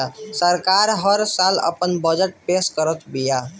सरकार हल साल आपन बजट पेश करत बिया